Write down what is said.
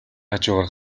хажуугаар